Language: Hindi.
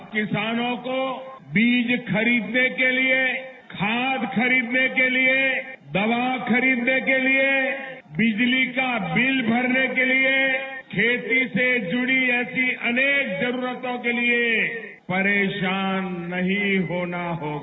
अब किसानों को बीज खरीदने के लिए खाद खरीदने के लिए दवा खरीदने के लिए बिजली का बिल भरने के लिए खेती से जुड़ी ऐसी अनेक जरुरतों के लिए परेशान नहीं होना होगा